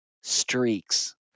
streaks